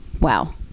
Wow